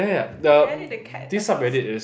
they edit the cat also